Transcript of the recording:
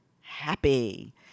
happy